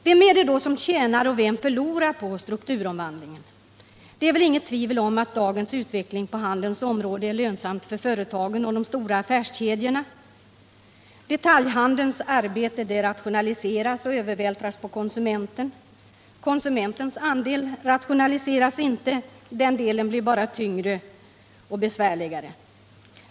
Vem är det då som tjänar och vem är det som förlorar på strukturomvandlingen? Det är väl inget tvivel om att dagens utveckling på handelns område är lönsam för företagen och de stora affärskedjorna. Detaljhandelns arbete rationaliseras och övervältras på konsumenten. Konsumentens andel rationaliseras inte, den blir bara tyngre och besvärligare.